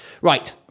Right